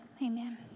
amen